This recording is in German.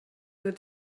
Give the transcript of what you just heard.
wird